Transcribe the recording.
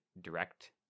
direct